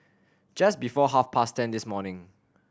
just before half past ten this morning